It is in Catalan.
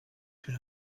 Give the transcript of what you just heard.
que